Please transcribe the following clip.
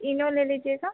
इनो ले लीजिएगा